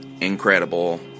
Incredible